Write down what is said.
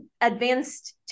advanced